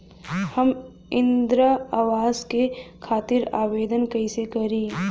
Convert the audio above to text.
हम इंद्रा अवास के खातिर आवेदन कइसे करी?